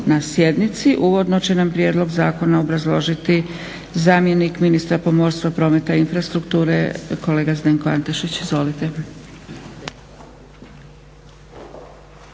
na sjednici. Uvodno će nam prijedlog zakona obrazložiti zamjenik ministra pomorstva, prometa i infrastrukture, kolega Zdenko Antešić. Izvolite.